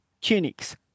tunics